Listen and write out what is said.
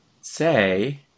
say